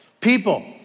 People